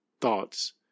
thoughts